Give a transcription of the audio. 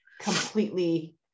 completely